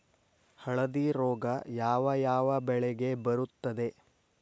ಹಳದಿ ರೋಗ ಯಾವ ಯಾವ ಬೆಳೆಗೆ ಬರುತ್ತದೆ?